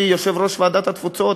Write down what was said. אני הייתי יושב-ראש ועדת התפוצות,